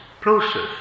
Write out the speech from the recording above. process